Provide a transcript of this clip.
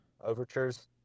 overtures